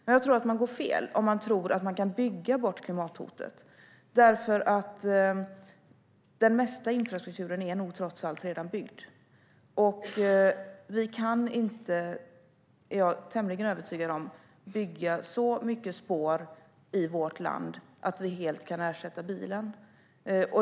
Jag tror dock att man går fel om man tror att man kan bygga bort klimathotet, för den mesta infrastrukturen är nog trots allt redan byggd. Jag är tämligen övertygad om att vi inte kan bygga så mycket spår i vårt land att vi helt kan ersätta bilen.